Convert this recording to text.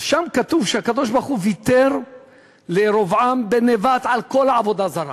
שם כתוב שהקדוש-ברוך-הוא ויתר לירבעם בן נבט על כל העבודה הזרה,